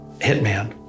Hitman